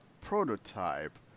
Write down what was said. prototype